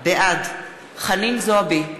בעד חנין זועבי,